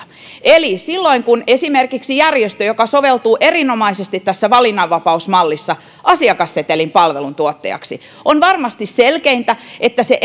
eli silloin kun tuottaja on esimerkiksi järjestö joka soveltuu erinomaisesti tässä valinnanvapausmallissa asiakassetelin palveluntuottajaksi on varmasti selkeintä että se